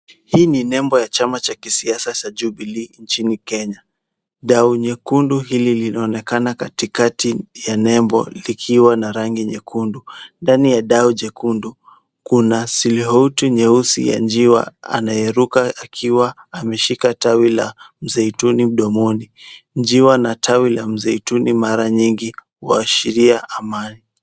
Hii ni nembo ya chama cha kisiasa cha Jubilee nchini Kenya. Dau nyekundu hili linaonekana katikati ya nembo likiwa na rangi nyekundu. Ndani ya dau nyekundu, kuna silihouti nyeusi ya njiwa anayeruka akiwa ameshika tawi la mzeituni mdomoni. Njiwa na tawi la mzeituni mara nyingi huashiria amani.